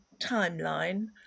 timeline